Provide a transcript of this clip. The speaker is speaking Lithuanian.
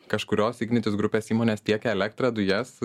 kažkurios ignitis grupės įmonės tiekia elektrą dujas